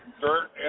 dirt